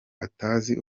atazi